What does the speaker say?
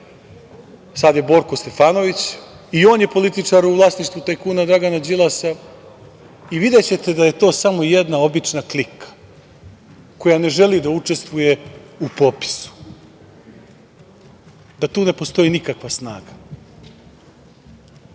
sada je Borko Stefanović i on je političar u vlasništvu tajkuna Dragana Đilasa. Videćete da je to samo jedna obična klika koja ne želi da učestvuje u popisu, da tu ne postoji nikakva snaga. Moram